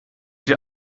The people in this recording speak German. wir